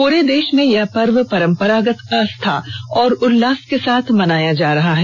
पूरे देश में यह पर्व परम्परागत आस्था और उल्लास के साथ मनाया जा रहा है